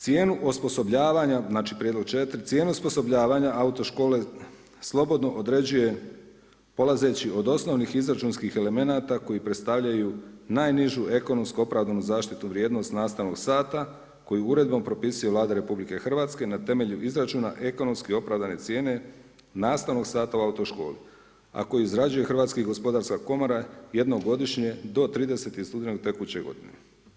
Cijenu osposobljavanja, znači prijedlog 4., cijenu osposobljavanja autoškole slobodno određuje polazeći od osnovnih izračunskih elemenata koje predstavljaju najnižu ekonomsku opravdanu zaštitnu vrijednost nastavnog sata koji uredbom propisuje Vlada RH na temelju izračuna ekonomski opravdane cijene, nastavnog sata u autoškoli a koji izrađuje HGK jednom godišnje od 30. studenog tekuće godine.